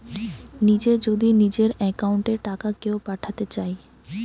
নিজে যদি নিজের একাউন্ট এ টাকা কেও পাঠাতে চায়